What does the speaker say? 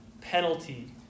penalty